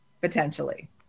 potentially